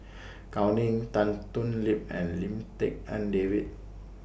Gao Ning Tan Thoon Lip and Lim Tik En David